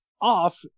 off